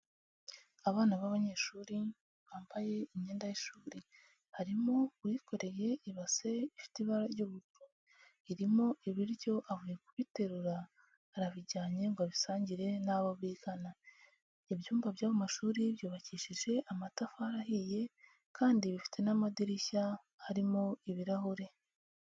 Abana b'abanyeshuri bambaye imyenda y'ishuri, harimo uwikoreye ibase ifite ibara ry'ubururu, irimo ibiryo avuye kubiterura arabijyanye ngo abisangire n'abo bigana, ibyumba byo mu mashuri byubakishije amatafari ahiye kandi bifite n'amadirishya harimo ibirahure.